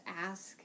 ask